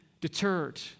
deterred